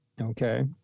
okay